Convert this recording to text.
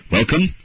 Welcome